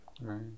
right